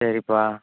சரிப்பா